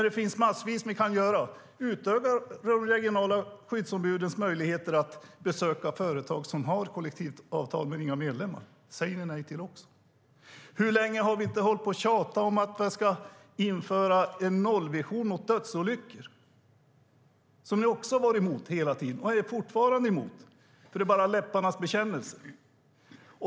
Det finns massvis ni kan göra. Utöka de regionala skyddsombudens möjligheter att besöka företag som har kollektivavtal men inga medlemmar! Det säger ni också nej till. Hur länge har vi inte tjatat om att det ska införas en nollvision i fråga om dödsolyckor? Det har ni också varit emot hela tiden - och det är ni fortfarande emot. Det är bara läpparnas bekännelse.